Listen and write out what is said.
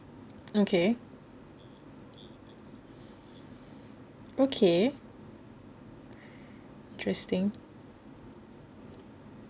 okay okay interesting